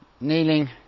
kneeling